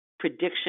prediction